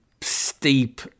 steep